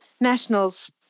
nationals